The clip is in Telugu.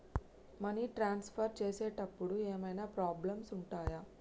మనీ ట్రాన్స్ఫర్ చేసేటప్పుడు ఏమైనా ప్రాబ్లమ్స్ ఉంటయా?